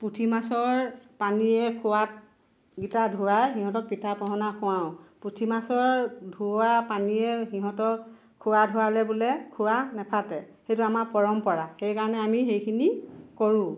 পুঠি মাছৰ পানীয়ে খুৰাকেইটা ধোৱাই সিহঁতক পিঠা পনা খুৱাওঁ পুঠি মাছৰ ধোওৱা পানীৰে সিহঁতক খুৰা ধোৱালে বোলে খুৰা নেফাটে সেইটো আমাৰ পৰম্পৰা সেই কাৰণে আমি সেইখিনি কৰোঁ